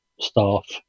staff